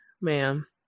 ma'am